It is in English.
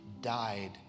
died